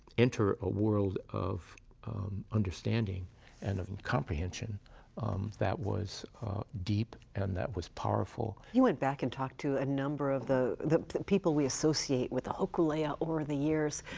enter a world of understanding and of comprehension that was deep and that was powerful. you went back and talked to a number of the the people we associate with hokulea over the years.